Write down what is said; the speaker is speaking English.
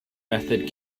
method